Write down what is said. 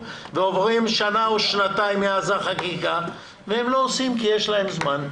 וחולפות שנה או שנתיים מאז החקיקה והם לא עושים כי יש להם זמן.